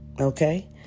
okay